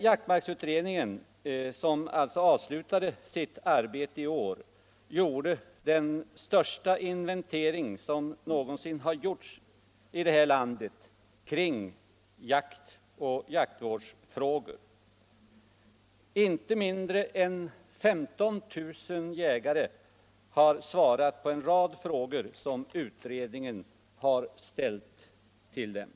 Jaktvårdsutredningen, som avslutade sitt arbete i år, gjorde den största inventering som någonsin har gjorts i det här landet kring jakt och jaktvårdsfrågor. Inte mindre än 15000 jägare har svarat på en rad frågor som utredningen har ställt till dem.